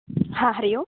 हा हरि ओं